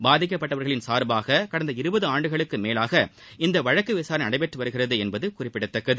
பாதிக்கப்பட்டவர்களின் சார்பாக கடந்த இருபது ஆண்டுகளுக்கும் மேலாக இந்த வழக்கு விசாரணை நடைபெற்று வருகிறது என்பது குறிப்பிடத்தக்கது